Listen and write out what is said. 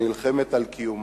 הנלחמת על קיומה.